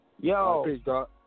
Yo